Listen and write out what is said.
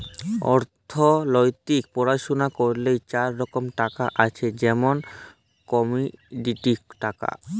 অথ্থলিতিক পড়াশুলা ক্যইরলে চার রকম টাকা আছে যেমল কমডিটি টাকা